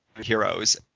Heroes